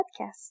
podcast